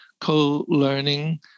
co-learning